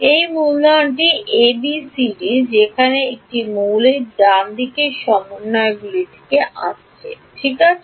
এই মূলধনটি A B C D যেখানে এগুলি মৌলের ডান দিকের সমন্বয়গুলি থেকে আসে ঠিক আছে